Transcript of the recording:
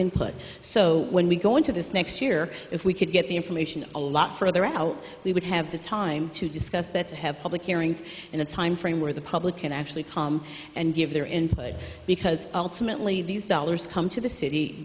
input so so when we go into this next year if we could get the information a lot further out we would have the time to discuss that to have public hearings in a timeframe where the public can actually come and give their input because ultimately these dollars come to the city